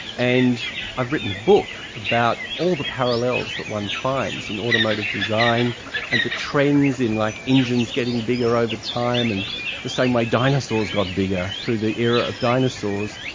and i've written a book about all the parallels that one finds in automotive design and the trends in like engines getting bigger over time, and the same way dinosaurs got bigger through the era of dinosaurs.